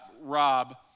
Rob